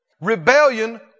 rebellion